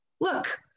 Look